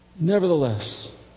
Nevertheless